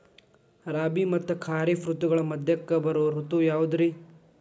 ರಾಬಿ ಮತ್ತ ಖಾರಿಫ್ ಋತುಗಳ ಮಧ್ಯಕ್ಕ ಬರೋ ಋತು ಯಾವುದ್ರೇ?